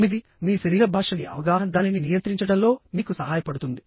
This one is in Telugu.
తొమ్మిదిమీ శరీర భాషపై అవగాహన దానిని నియంత్రించడంలో మీకు సహాయపడుతుంది